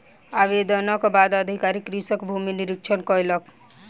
आवेदनक बाद अधिकारी कृषकक भूमि निरिक्षण कयलक